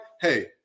Hey